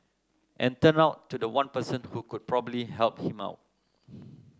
and turned out to the one person who could probably help him out